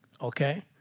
Okay